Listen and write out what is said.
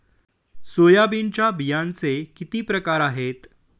सोयाबीनच्या बियांचे किती प्रकार आहेत?